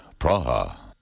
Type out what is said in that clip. Praha